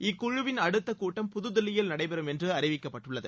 இக்குழுவின் அடுத்தக்கூட்டம் புதுதில்லியில் நடைபெறும் என்று அறிவிக்கப்பட்டுள்ளது